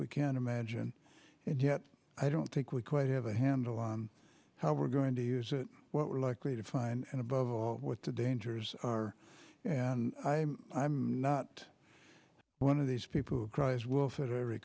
we can imagine and yet i don't think we quite have a handle on how we're going to use what we're likely to find and above what the dangers are and i'm not one of these people who cries wolf at every